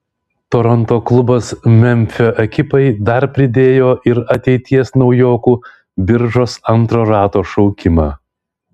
toronto klubas memfio ekipai dar pridėjo ir ateities naujokų biržos antro rato šaukimą